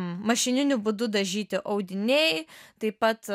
mašininiu būdu dažyti audiniai taip pat